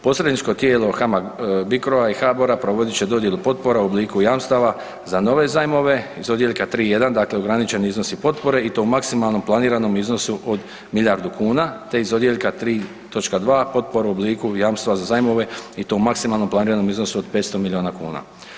Posredničko tijelo HAMAG Bicro-a i HBOR-a provodit će dodjelu potpora u obliku jamstava za nove zajmove iz odjeljka 3.1., dakle ograničeni iznosi potpore i to u maksimalnom planiranom iznosu od milijardu kune te iz odjeljka 3.2. u obliku jamstva za zajmove i to u maksimalnom planiranom iznosu od 500 milijuna kuna.